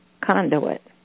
conduit